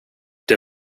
det